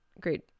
great